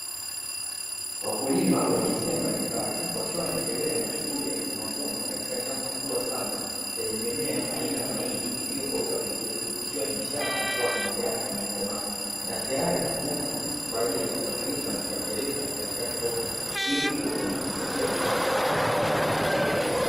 Wakulima wa jinsi mbalimbali wakiwa wanaendelea na shughuli ya mavuno katika shamba kubwa lenye mimea aina ya mahindi iliyo kauka vizuri, ikiwa ni ishara kuwa mahindi haya yamekomaa na tayari mavuno kwa ajili ya kuyasafirisha na kuyapeleka katika soko ili kuuza na kujipatia kipato.